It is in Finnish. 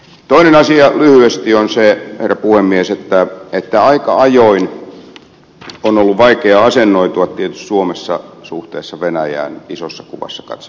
toinen asia lyhyesti on se herra puhemies että aika ajoin on ollut tietysti vaikea asennoitua suomessa suhteessa venäjään isossa kuvassa katsottuna